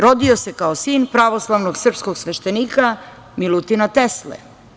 Rodio se kao sin pravoslavnog srpskog sveštenika – Milutina Tesle.